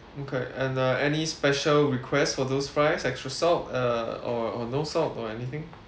okay and uh any special requests for those fries extra salt uh or or no salt or anything